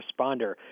responder